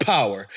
Power